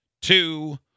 two